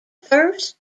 first